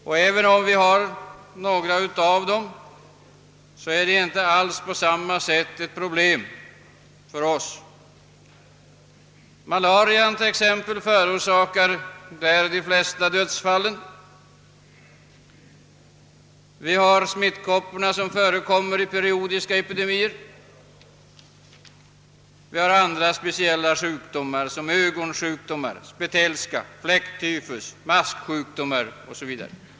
Och även om vi har några tropiska sjukdomar, utgör de inte ett lika stort problem för oss. Malarian t.ex. förorsakar i utvecklingsländerna de flesta dödsfallen, och smittkoppor förekommer i periodiska epidemier. Där finns även andra speciella sjukdomar såsom ögonsjukdomar, spetälska, fläcktypfus, masksjukdomar 0. s. v.